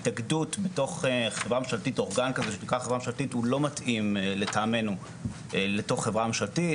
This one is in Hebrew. התאגדות בתוך חברה ממשלתית זה לא מתאים לטעמנו לתוך חברה ממשלתית,